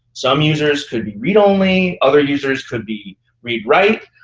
some users could be read-only. other users could be read-write.